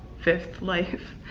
fifth life,